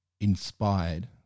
inspired